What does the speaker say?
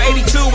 82